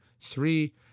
Three